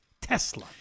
Tesla